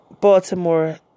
Baltimore